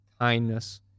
kindness